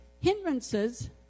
hindrances